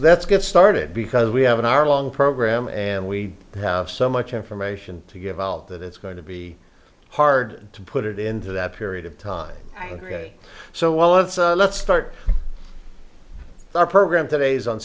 let's get started because we have an hour long program and we have so much information to give out that it's going to be hard to put it into that period of time so while it's let's start our program today is